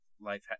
Life